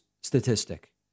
statistic